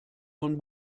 von